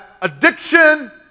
addiction